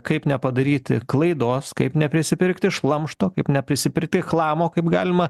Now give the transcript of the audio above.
kaip nepadaryti klaidos kaip neprisipirkti šlamšto kaip neprisipirkti chlamo kaip galima